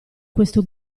questo